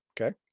okay